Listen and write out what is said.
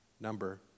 number